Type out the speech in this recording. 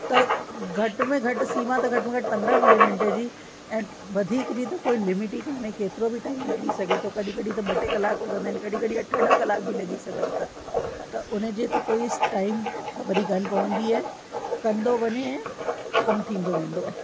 त घटि में घटि सीमा त घटि में घटि पंद्रहं वीह मिन्ट जी ऐं वधीक जी त कोई लिमिट ई कोन्हे केतिरो बि टाइम लॻी सघे थो कॾहिं कॾहिं त ॿ टे कलाक लॻंदा आहिनि कॾहिं कॾहिं अठ ॾह कलाक बि लॻी सघनि ता त उन जे त कोई टाइम ख़बर ई कान पवंदी आहे कंदो वञे कम थींदो वेंदो आहे